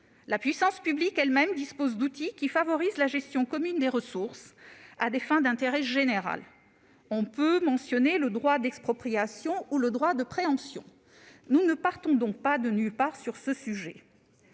La puissance publique elle-même dispose d'outils qui favorisent la gestion commune des ressources, à des fins d'intérêt général : on peut mentionner à cet égard le droit d'expropriation ou le droit de préemption. Nous ne partons donc pas de nulle part en